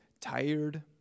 tired